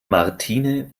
martine